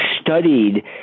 studied